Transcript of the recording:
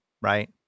right